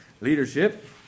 leadership